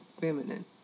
feminine